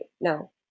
no